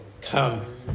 come